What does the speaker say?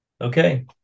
Okay